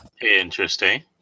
Interesting